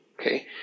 okay